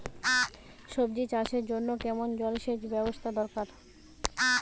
সবজি চাষের জন্য কেমন জলসেচের ব্যাবস্থা দরকার?